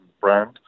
brand